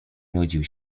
nudził